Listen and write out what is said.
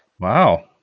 Wow